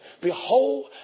Behold